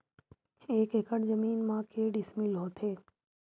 एक एकड़ जमीन मा के डिसमिल होथे?